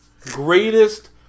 Greatest